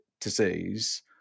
disease